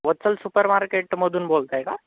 वत्सल super मार्केटमधून बोलताय का